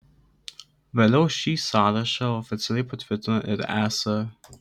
vėliau šį sąrašą oficialiai patvirtino ir es